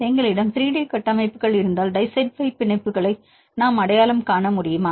எங்களிடம் 3 டி கட்டமைப்புகள் இருந்தால் டிஸல்பைட் பிணைப்புகளை நாம் அடையாளம் காண முடியுமா